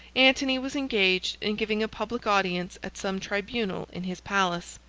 antony was engaged in giving a public audience at some tribunal in his palace,